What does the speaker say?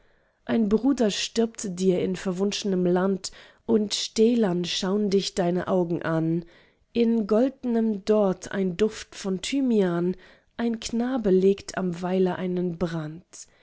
ein bruder stirbt dir in verwunschnem land und stählern schaun dich deine augen an in goldnem dort ein duft von thymian ein knabe legt am weiler einen brand